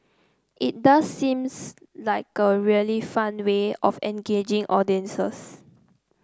it does seems like a really fun way of engaging audiences